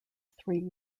three